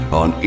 on